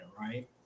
right